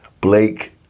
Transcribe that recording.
Blake